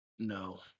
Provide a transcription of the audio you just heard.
No